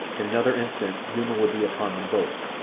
in another instant numa would be upon them both,